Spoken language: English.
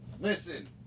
Listen